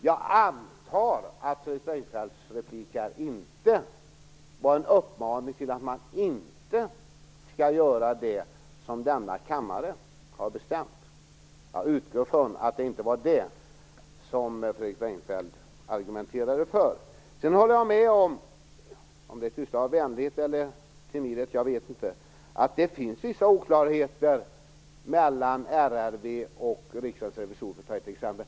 Jag antar att Fredrik Reinfeldts replik inte var en uppmaning till att man inte skall göra det som denna kammare har bestämt. Jag utgår ifrån att det inte var det som Fredrik Jag håller med om - och jag vet inte om det är ett utslag av vänlighet eller timidhet - att det finns vissa oklarheter mellan RRV och Riksdagens revisorer, för att ta ett exempel.